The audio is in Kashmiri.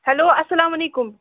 ہٮ۪لو اَسَلام علیکُم